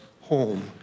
home